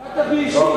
הוא פנה אלי ישירות.